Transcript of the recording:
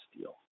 deal